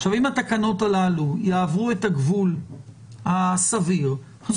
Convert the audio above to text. עכשיו, אם התקנות הללו יעברו את הגבול הסביר, אז